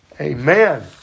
Amen